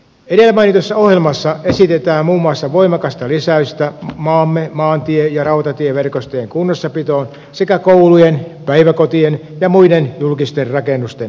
edellä mainitussa ohjelmassa esitetään muun muassa voimakasta lisäystä maamme maantie ja rautatieverkostojen kunnossapitoon sekä koulujen päiväkotien ja muiden julkisten rakennusten homekorjauksiin